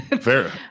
Fair